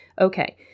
Okay